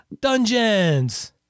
dungeons